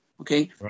okay